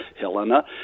Helena